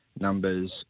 numbers